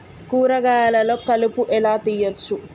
కూరగాయలలో కలుపు ఎలా తీయచ్చు?